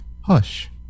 hush